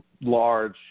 large